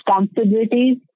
responsibilities